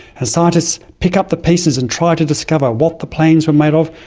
ah scientists pick up the pieces and try to discover what the planes were made of,